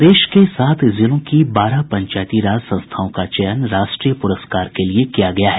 प्रदेश के सात जिलों की बारह पंचायती राज संस्थाओं का चयन राष्ट्रीय पुरस्कार के लिए किया गया है